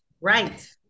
right